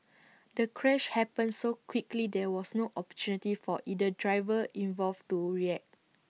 the crash happened so quickly there was no opportunity for either driver involved to react